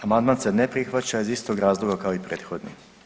Amandman se ne prihvaća iz istog razloga kao i prethodni.